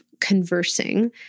conversing